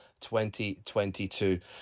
2022